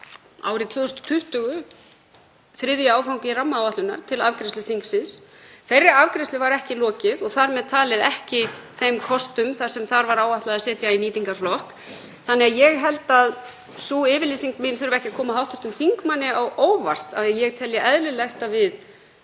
árið 2020 þriðji áfangi rammaáætlunar til afgreiðslu þingsins. Þeirri afgreiðslu var ekki lokið og þar með talið ekki þeim kostum þar sem þar var áætlað að setja í nýtingarflokk. Ég held því að sú yfirlýsing mín þurfi ekki að koma hv. þingmanni á óvart, að ég telji eðlilegt að við